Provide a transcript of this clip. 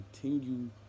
continue